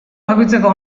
bakoitzeko